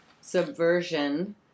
subversion